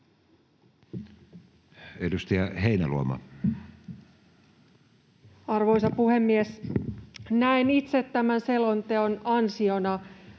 Edustaja Heinäluoma. Arvoisa puhemies! Näen itse tämän selonteon ansiona